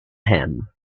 ham